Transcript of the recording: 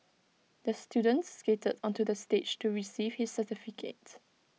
the student skated onto the stage to receive his certificate